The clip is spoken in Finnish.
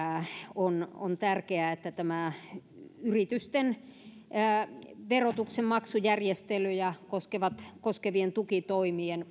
on on tärkeää että yritysten verotuksen maksujärjestelyjä koskevien tukitoimien